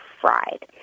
fried